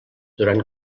durant